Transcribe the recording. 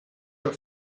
your